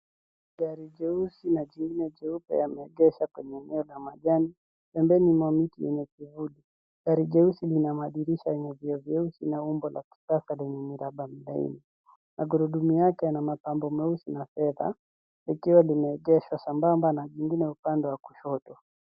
Gari jeusi na jingine jeupe yameegeshwa kwenye eneo la majani, pembeni mwa miti yenye kivuli. Gari jeusi lina madirisha yenye vioo vyeusi na umbo la kisasa lenye miraba milaini. Magurudumu yake yana mapambo meusi na fedha, likiwa limeegeshwa sambamba na jingine upande wa kushoto.